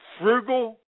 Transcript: frugal